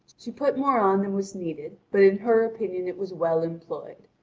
she put more on than was needed, but in her opinion it was well employed.